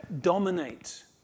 dominate